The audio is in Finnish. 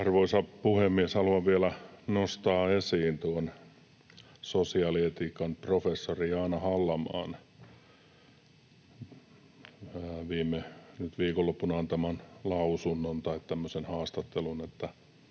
Arvoisa puhemies! Haluan vielä nostaa esiin tuon sosiaalietiikan professorin Jaana Hallamaan nyt viikonloppuna antaman lausunnon tai tämmöisen